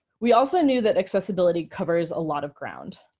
we also knew that accessibility covers a lot of ground